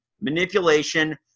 manipulation